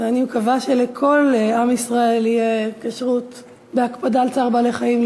ואני מקווה שלכל עם ישראל תהיה כשרות בהקפדה על צער בעלי-חיים,